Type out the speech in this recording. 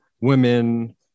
women